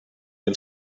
mil